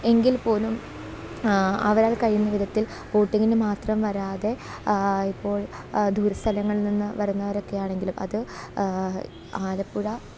എങ്കിൽപ്പോലും അവരാൽക്കഴിയുന്ന വിധത്തിൽ ബോട്ടിങ്ങിന് മാത്രം വരാതെ ഇപ്പോൾ ദൂരസ്ഥലങ്ങളിൽനിന്ന് വരുന്നവരൊക്കെയാണെങ്കിലും അത് ആലപ്പുഴ